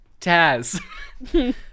Taz